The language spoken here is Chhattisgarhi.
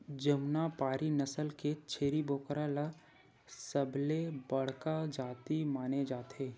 जमुनापारी नसल के छेरी बोकरा ल सबले बड़का जाति माने जाथे